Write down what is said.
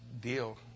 deal